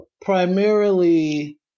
primarily